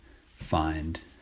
find